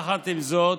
יחד עם זאת,